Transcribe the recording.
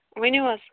ؤنِو حظ